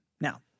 Now